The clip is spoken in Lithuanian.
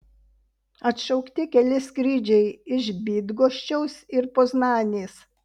atšaukti keli skrydžiai iš bydgoščiaus ir poznanės